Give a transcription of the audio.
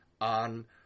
on